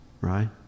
right